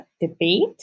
debate